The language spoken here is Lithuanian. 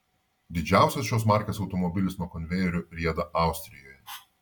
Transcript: didžiausias šios markės automobilis nuo konvejerių rieda austrijoje